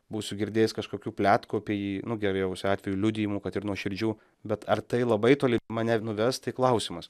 būsiu girdėjęs kažkokių pletkų apie jį nu geriausiu atveju liudijimų kad ir nuoširdžių bet ar tai labai toli mane nuves tai klausimas